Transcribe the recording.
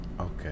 Okay